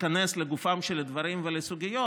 איכנס לגופם של הדברים והסוגיות.